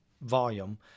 volume